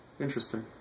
Interesting